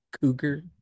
cougar